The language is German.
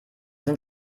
sind